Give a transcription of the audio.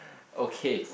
okay